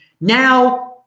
now